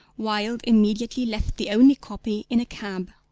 wilde immediately left the only copy in a cab.